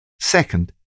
Second